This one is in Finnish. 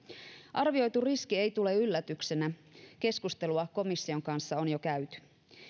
arvioitu riski ei tule yllätyksenä keskustelua komission kanssa on jo käyty